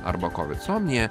arba kovidsomija